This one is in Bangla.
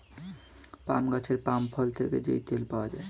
পাম গাছের পাম ফল থেকে যেই তেল পাওয়া যায়